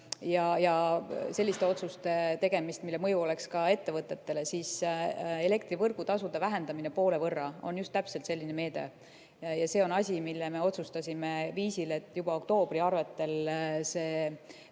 ja selliste otsuste tegemist, millel oleks mõju ka ettevõtetele, siis elektri võrgutasude vähendamine poole võrra on just täpselt selline meede. Ja see on asi, mille me otsustasime viisil, et juba oktoobri arvetel see reaalselt